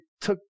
took